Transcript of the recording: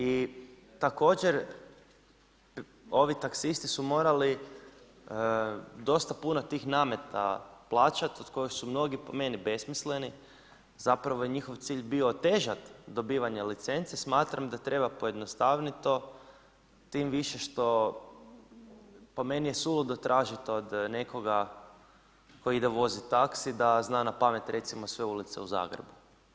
I također ovi taksisti su morali dosta puno tih nameta plaćati od kojih su mnogi po meni besmisleni, zapravo je njihov cilj bio težak dobivanja licence, smatram da treba pojednostaviti to tim više što po meni je suludo tražiti od nekoga tko ide voziti taxi da zna na pamet recimo sve ulice u Zagrebu.